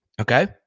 Okay